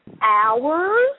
hours